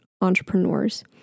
entrepreneurs